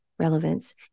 Relevance